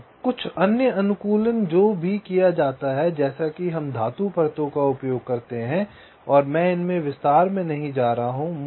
तो कुछ अन्य अनुकूलन जो भी किया जाता है जैसे कि हम धातु परतों का उपयोग करते है और मैं इनमें विस्तार में नहीं जा रहा हूँ